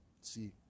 See